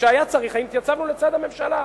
כשהיה צריך התייצבנו לצד הממשלה.